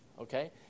Okay